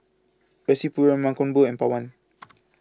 Rasipuram Mankombu and Pawan